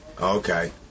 Okay